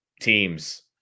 teams